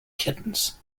kittens